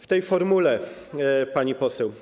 W tej formule, pani poseł.